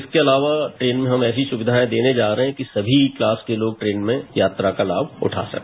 इसके अलावा ट्रेन में हम ऐसी सुविधाएं देने जा रहे है कि सभी क्लास के लोग ट्रेन में यात्रा का लाभ उठा सके